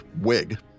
wig